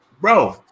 bro